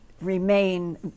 remain